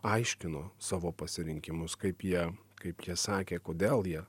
aiškino savo pasirinkimus kaip jie kaip jie sakė kodėl jie